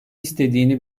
istediğini